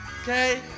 okay